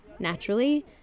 Naturally